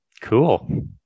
cool